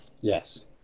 Yes